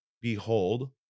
Behold